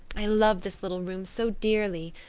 i love this little room so dearly.